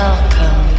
Welcome